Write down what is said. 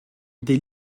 des